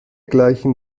gleichen